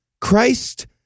Christ